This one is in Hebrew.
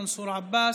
מנסור עבאס,